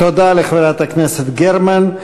תודה לחברת הכנסת גרמן.